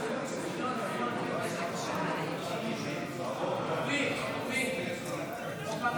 הסתייגות 16 לחלופין א לא נתקבלה.